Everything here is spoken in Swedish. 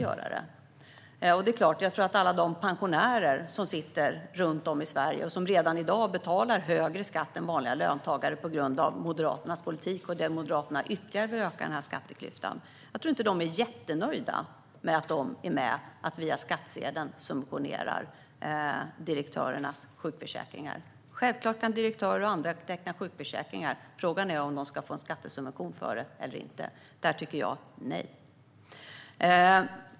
Jag tror inte att alla de pensionärer som redan i dag betalar högre skatt än vanliga löntagare på grund av Moderaternas politik - och Moderaterna vill öka skatteklyftan ytterligare - är jättenöjda med att de via skattsedeln är med och finansierar direktörernas sjukförsäkringar. Självklart kan direktörer och andra teckna sjukförsäkringar. Frågan är om de ska få skattesubvention för det eller inte. Nej, tycker jag.